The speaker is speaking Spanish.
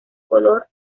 color